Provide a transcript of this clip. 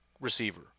receiver